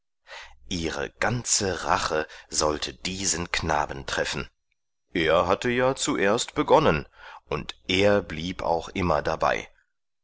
ihre ganze rache sollte diesen knaben treffen er hatte ja zuerst begonnen und er blieb auch immer dabei